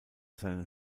seinen